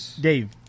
Dave